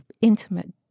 intimate